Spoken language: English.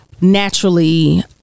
naturally